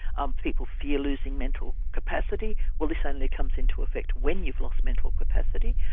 um people fear losing mental capacity, well this only comes into effect when you've lost mental capacity,